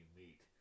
meet